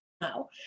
now